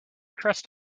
trust